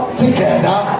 together